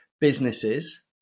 businesses